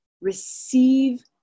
receive